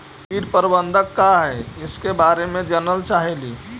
कीट प्रबनदक क्या है ईसके बारे मे जनल चाहेली?